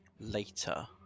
later